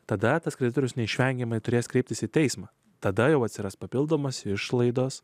tada tas kreditorius neišvengiamai turės kreiptis į teismą tada jau atsiras papildomos išlaidos